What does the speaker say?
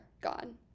gone